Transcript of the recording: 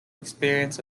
experience